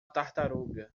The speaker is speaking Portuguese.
tartaruga